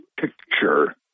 picture